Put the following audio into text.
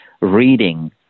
reading